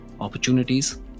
opportunities